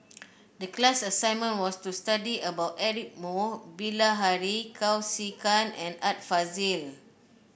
the class assignment was to study about Eric Moo Bilahari Kausikan and Art Fazil